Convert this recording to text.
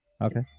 Okay